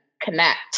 connect